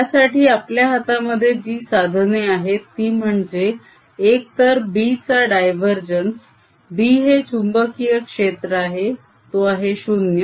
यासाठी आपल्या हातामध्ये जी साधने आहेत ती म्हणजे एक तर B चा डायवरजेन्स B हे चुंबकीय क्षेत्र आहे तो आहे 0